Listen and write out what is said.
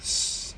s~